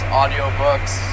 audiobooks